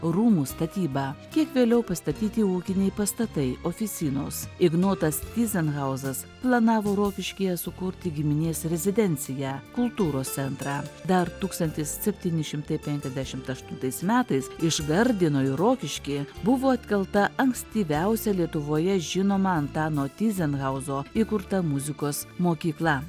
rūmų statyba kiek vėliau pastatyti ūkiniai pastatai oficinos ignotas tyzenhauzas planavo rokiškyje sukurti giminės rezidenciją kultūros centrą dar tūkstantis septyni šimtai penkiasdešimt aštuntais metais iš gardino į rokiškį buvo atkelta ankstyviausia lietuvoje žinoma antano tyzenhauzo įkurta muzikos mokykla